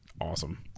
awesome